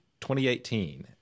2018